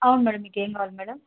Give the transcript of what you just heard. అవును మేడం మీకు ఏం కావాలి మేడం